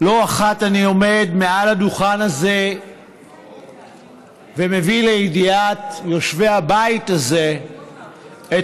לא אחת אני עומד על הדוכן הזה ומביא לידיעת יושבי הבית הזה את